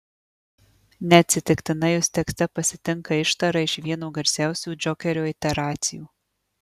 neatsitiktinai jus tekste pasitinka ištara iš vieno garsiausių džokerio iteracijų